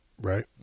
Right